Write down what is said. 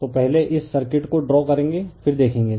तो पहले इस सर्किट को ड्रा करेंगे फिर देखेंगे